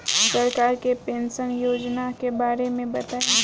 सरकार के पेंशन योजना के बारे में बताईं?